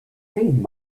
think